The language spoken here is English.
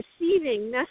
receiving